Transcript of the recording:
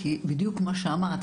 כי בדיוק כמו שאמרת,